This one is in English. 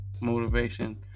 motivation